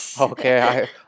Okay